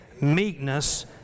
meekness